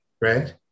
right